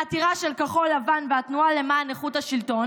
בעתירה של כחול לבן והתנועה למען איכות השלטון